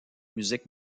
musique